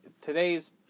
today's